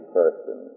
person